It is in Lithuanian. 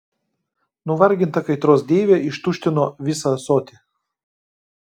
nuvarginta kaitros deivė ištuštino visą ąsotį